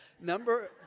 Number